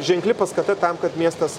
ženkli paskata tam kad miestas